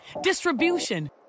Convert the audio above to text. distribution